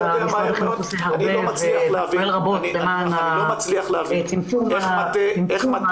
משרד החינוך עושה הרבה ופועל רבות למען צמצום הפגיעות.